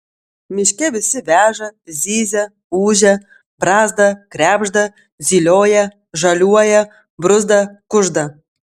miške visi veža zyzia ūžia brazda krebžda zylioja žaliuoja bruzda kužda